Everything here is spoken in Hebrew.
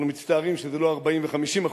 אנחנו מצטערים שזה לא 40% ו-50%.